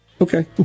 Okay